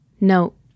Note